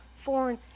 foreign